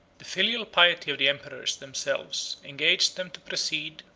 the filial piety of the emperors themselves engaged them to proceed,